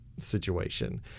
situation